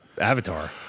Avatar